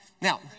Now